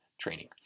training